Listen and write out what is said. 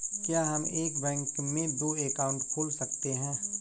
क्या हम एक बैंक में दो अकाउंट खोल सकते हैं?